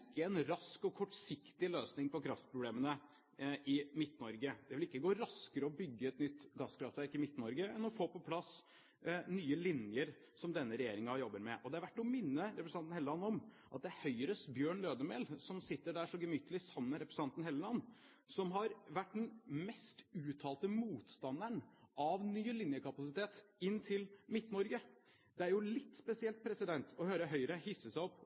ikke en rask og kortsiktig løsning på kraftproblemene i Midt-Norge. Det vil ikke gå raskere å bygge et nytt gasskraftverk i Midt-Norge enn å få på plass nye linjer, som denne regjeringen jobber med. Og det er verdt å minne representanten Hofstad Helleland på at det er Høyres Bjørn Lødemel, som sitter der så gemyttlig sammen med representanten Hofstad Helleland, som har vært den mest uttalte motstanderen av ny linjekapasitet inn til Midt-Norge. Det er litt spesielt å høre Høyre hisse seg opp